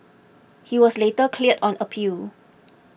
he was later cleared on appeal